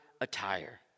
attire